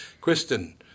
Kristen